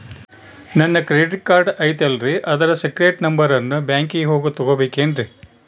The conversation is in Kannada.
ನನ್ನ ಕ್ರೆಡಿಟ್ ಕಾರ್ಡ್ ಐತಲ್ರೇ ಅದರ ಸೇಕ್ರೇಟ್ ನಂಬರನ್ನು ಬ್ಯಾಂಕಿಗೆ ಹೋಗಿ ತಗೋಬೇಕಿನ್ರಿ?